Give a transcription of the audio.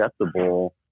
acceptable